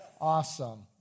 Awesome